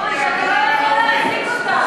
על-פי אמנה בין-לאומית, אתה לא יכול להרחיק אותם.